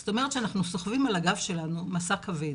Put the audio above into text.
זאת אומרת שאנחנו סוחבים על הגב שלנו משא כבד.